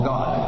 God